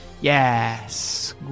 Yes